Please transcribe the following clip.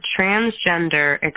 transgender